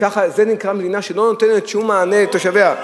זה נקרא מדינה שלא נותנת שום מענה לתושביה.